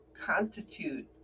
constitute